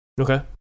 okay